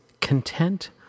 Content